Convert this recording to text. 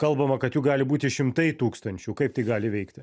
kalbama kad jų gali būti šimtai tūkstančių kaip tai gali veikti